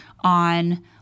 on